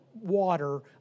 water